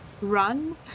run